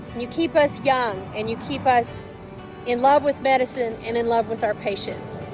you keep us young and you keep us in love with medicine and in love with our patients.